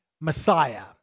Messiah